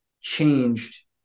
changed